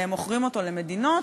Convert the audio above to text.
והם מוכרים אותו למדינות,